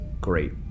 great